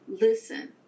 listen